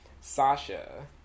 Sasha